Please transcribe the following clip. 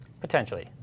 Potentially